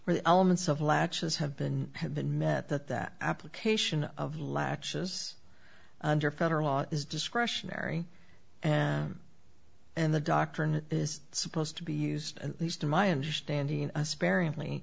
the elements of latches have been have been met that that application of lakshya us under federal law is discretionary and and the doctrine is supposed to be used at least in my understanding sparingly